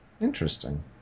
Interesting